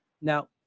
Now